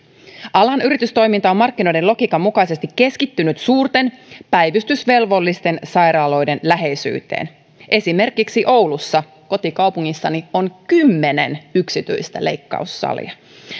alan yritystoiminta on markkinoiden logiikan mukaisesti keskittynyt suurten päivystysvelvollisten sairaaloiden läheisyyteen esimerkiksi oulussa kotikaupungissani on kymmenen yksityistä leikkaussalia